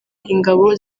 ingabo